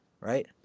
right